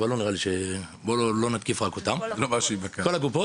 אין שום סיבה לשמור את זה רק לחולי